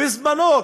בזמנו,